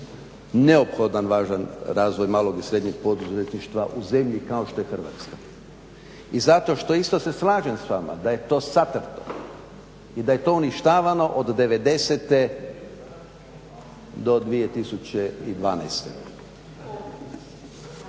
neophodan važan razvoj malog i srednje poduzetništva u zemlji kao što je Hrvatska i zato što isto se slažem s vama da je to satrto i da je to uništavamo od '90. do 2012.